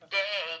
day